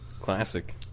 Classic